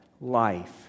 life